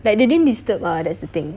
like they didn't disturb ah that's the thing